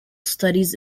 studies